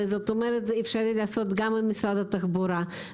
כלומר אפשרי לעשות גם במשרד התחבורה.